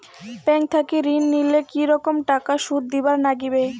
Bank থাকি ঋণ নিলে কি রকম টাকা সুদ দিবার নাগিবে?